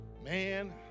Man